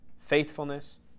faithfulness